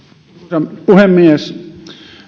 arvoisa puhemies